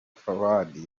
fuadi